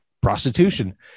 prostitution